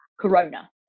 corona